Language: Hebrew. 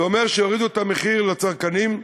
זה אומר שיורידו את המחיר לצרכנים,